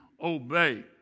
obey